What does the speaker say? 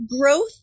growth